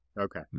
Okay